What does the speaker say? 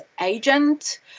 agent